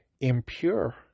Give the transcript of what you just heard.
impure